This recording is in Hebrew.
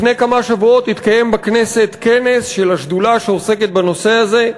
לפני כמה שבועות התקיים בכנסת כנס של השדולה שעוסקת בנושא הזה,